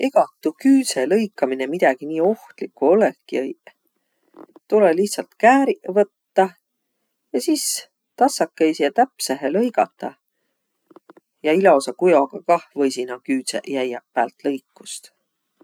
Egaq tuu küüdselõikaminõ midägi nii ohtlikku olõkiq õiq. Tulõ lihtsalt kääriq võttaq ja sis tassakõisi ja täpsehe lõigadaq. Ja ilosa kujogaq kah võisiq naaq küüdseq jäiäq päält lõikust.